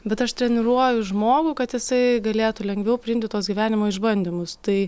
bet aš treniruoju žmogų kad jisai galėtų lengviau priimti tuos gyvenimo išbandymus tai